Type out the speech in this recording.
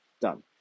done